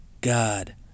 God